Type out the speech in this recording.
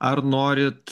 ar norit